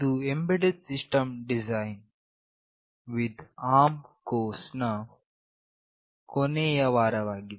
ಇದು embedded system design with ARM course ನ ಕೊನೆಯ ವಾರವಾಗಿದೆ